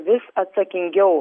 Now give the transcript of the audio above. vis atsakingiau